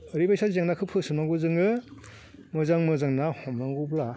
ओरैबायसा जेंनाखौ फोसाबनांगौ जोङो मोजां मोजां ना हमनांगौब्ला